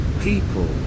people